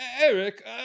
Eric